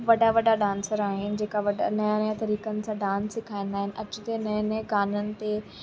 ख़ूबु वॾा वॾा डांसर आहिनि जेका वॾा नवां नवां तरीक़नि सां डांस सेखारींदा आहिनि अच ते नएं नएं गाननि ते